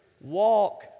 Walk